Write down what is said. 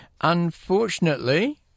Unfortunately